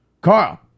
Carl